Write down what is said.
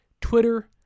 Twitter